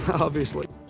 obviously.